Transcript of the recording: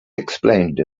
explained